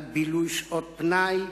על בילוי בשעות פנאי,